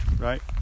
right